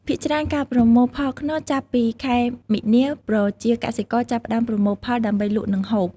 ភាគច្រើនការប្រមូលផលខ្នុរចាប់ពីខែមីនា ប្រជាកសិករចាប់ផ្តើមប្រមូលផលដើម្បីលក់និងហូប។